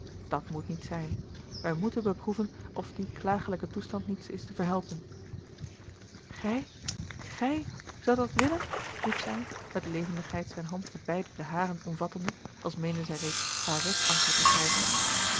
dat moet niet zijn wij moeten beproeven of die klagelijke toestand niet is te verhelpen gij gij zoudt dat willen riep zij met levendigheid zijne hand met beide de haren omvattende als meende zij reeds haar red anker te grijpen